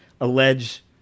allege